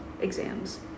exams